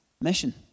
mission